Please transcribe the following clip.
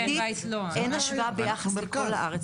אין השוואה ביחס לכל הארץ.